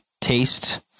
taste